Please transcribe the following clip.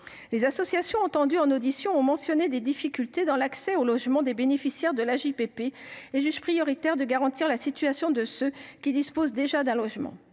Les associations entendues en audition ont mentionné des difficultés dans l’accès au logement des bénéficiaires de l’AJPP. Selon elles, la priorité est de garantir la situation de ceux qui disposent déjà d’un logement.